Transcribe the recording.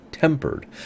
tempered